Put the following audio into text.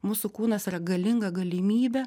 mūsų kūnas yra galinga galimybė